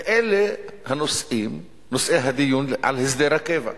ואלה נושאי הדיון על הסדר הקבע.